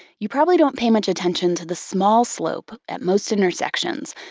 you probably don't pay much attention to the small slope, at most intersections,